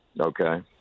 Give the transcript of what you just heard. Okay